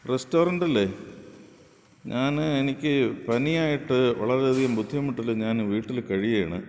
റസ്റ്റോറന്റല്ലേ ഞാന് എനിക്ക് പനി ആയിട്ട് വളരെയധികം ബുദ്ധിമുട്ടില് ഞാന് വീട്ടില് കഴിയാണ്